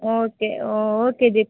okay okay Deep